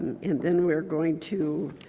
and then we are going to